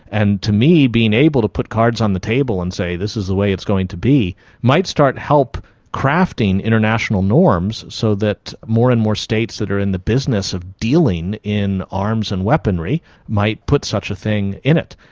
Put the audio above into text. and to me, being able to put cards on the table and say this is the way it's going to be might start help crafting international norms so that more and more states that are in the business of dealing in arms and weaponry might put such a thing in it.